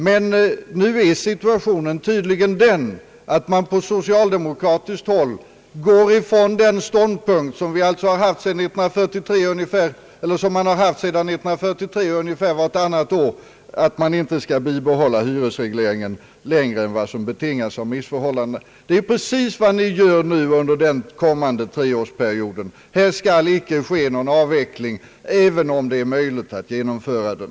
Men nu är situationen tydligen den att man på socialdemokratiskt håll går ifrån den ståndpunkt som man har accepterat ungefär vartannat år sedan 1943 att man inte skall bibehålla hyresregleringen längre än vad som betingas av förhållandena. Det är ju precis vad ni gör nu under den kommande treårsperioden. Här skall icke ske någon avveckling även om det är möjligt att genomföra den.